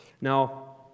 Now